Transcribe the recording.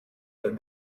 that